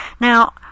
Now